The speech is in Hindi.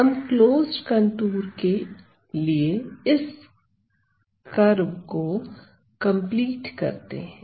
हम क्लोज़्ड कंटूर के लिए इस कर्व को कंप्लीट करते हैं